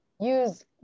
use